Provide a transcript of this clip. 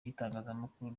y’itangazamakuru